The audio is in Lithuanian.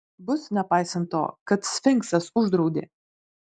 bus nepaisant to kad sfinksas uždraudė